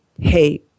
hey